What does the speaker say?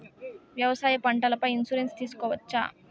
వ్యవసాయ పంటల పై ఇన్సూరెన్సు తీసుకోవచ్చా?